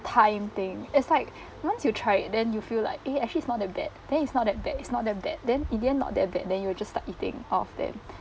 time thing it's like once you try it then you feel like eh actually it's not that bad then it's not that bad it's not that bad then in the end not that bad then you just start eating all of them